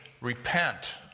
repent